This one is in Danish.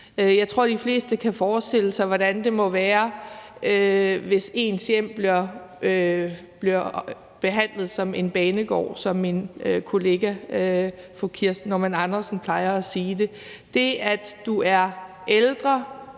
Jeg tror, de fleste kan forestille sig, hvordan det må være, hvis ens hjem bliver behandlet som en banegård, som min kollega fru Kirsten Normann Andersen plejer at sige det. Det, at du er ældre,